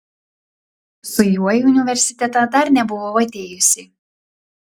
su juo į universitetą dar nebuvau atėjusi